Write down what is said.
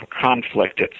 conflict